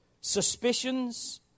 suspicions